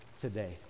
today